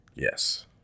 Yes